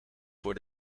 voor